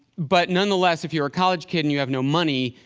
but nonetheless, if you're a college kid and you have no money,